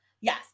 yes